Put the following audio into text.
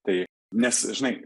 tai nes žinai